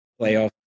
playoff